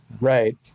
Right